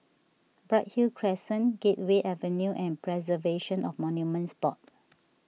Bright Hill Crescent Gateway Avenue and Preservation of Monuments Board